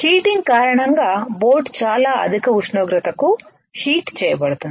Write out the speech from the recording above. heating కారణంగా boat చాలా అధిక ఉష్ణోగ్రత కు హీట్ చేయబడుతుంది